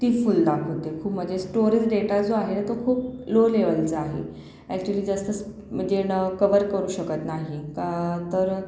ती फुल दाखवते खूप म्हणजे स्टोरेज डेटा जो आहे तो खूप लो लेवलचा आहे ॲक्चुअली जास्तच म्हणजे ना कवर करू शकत नाही का तर